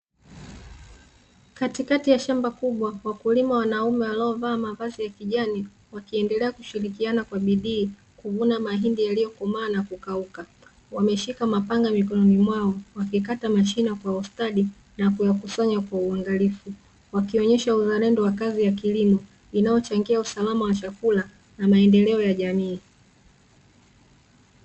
Katikati ya shamba kubwa wakulima wanaume waliovaa mavazi ya kijani wakiendelea kushirikiana kwa bidii kuvuna mahindi yaliyokomaa na kukauka, wameshika mapanga mikomo mwao wakikata mashina kwa ustadi na kuyakusanya kwa uhalifu wakionyesha uzalendo wa kazi ya kilimo inayochangia usalama wa chakula na maendeleo ya jamii.